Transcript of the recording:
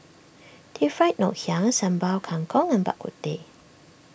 Deep Fried Ngoh Hiang Sambal Kangkong and Bak Kut Teh